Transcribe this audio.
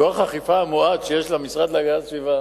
כוח האכיפה המועט שיש למשרד להגנת הסביבה